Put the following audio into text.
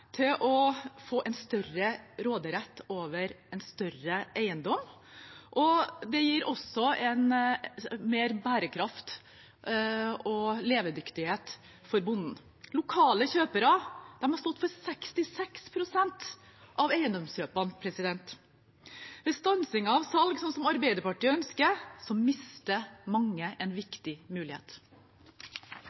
til å få større råderett over større eiendom, og det gir også mer bærekraft og levedyktighet for bonden. Lokale kjøpere har stått for 66 pst. av eiendomskjøpene. Ved stansingen av salg, sånn som Arbeiderpartiet ønsker, mister mange en viktig mulighet.